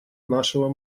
нашего